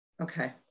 okay